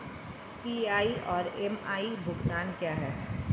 PI और MI भुगतान क्या हैं?